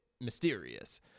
mysterious